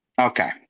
Okay